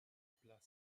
plat